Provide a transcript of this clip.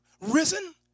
risen